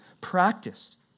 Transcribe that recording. practiced